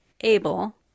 able